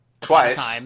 Twice